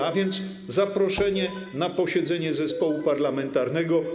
Ma pan zaproszenie na posiedzenie zespołu parlamentarnego.